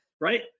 right